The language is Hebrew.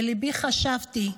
בליבי חשבתי: